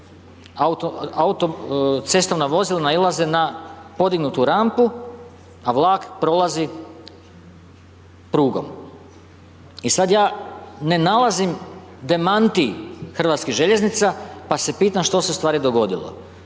cestovna vozila nailaze na podignutu rampu, a vlak prolazi prugom. I sad ja ne nalazim demantij HŽ-a, pa se pitam što se ustvari dogodilo.